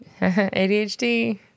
ADHD